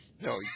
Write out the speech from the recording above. No